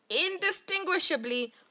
indistinguishably